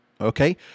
okay